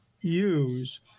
use